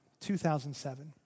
2007